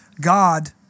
God